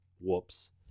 whoops